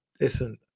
Listen